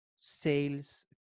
sales